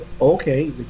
okay